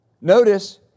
Notice